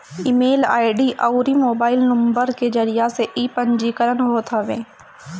email ID अउरी mobile number के जरिया से इ पंजीकरण होत हवे